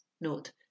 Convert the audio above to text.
note